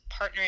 partnering